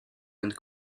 and